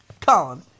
Colin